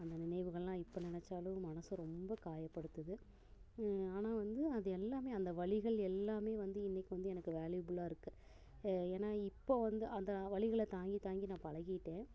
அந்த நினைவுகள்லாம் இப்போ நினச்சாலும் மனது ரொம்ப காயப்படுத்துது ஆனால் வந்து அது எல்லாமே அந்த வலிகள் எல்லாமே வந்து இன்னக்கு வந்து எனக்கு வேலியபுளாக இருக்குது ஏன்னா இப்போது வந்து அந்த வலிகளை தாங்கி தாங்கி நான் பழகிகிட்டேன்